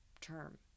term